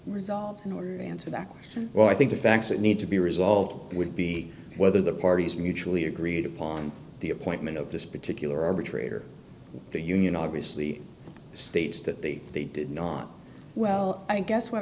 resolved in order to answer that question well i think the facts that need to be result would be whether the parties mutually agreed upon the appointment of this particular arbitrator the union obviously states that the they did not well i guess what